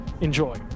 Enjoy